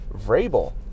Vrabel